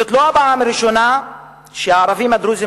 זאת לא הפעם הראשונה שהערבים הדרוזים